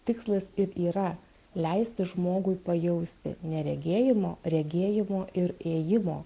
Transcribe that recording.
tikslas yra leisti žmogui pajausti neregėjimo regėjimo ir įėjimo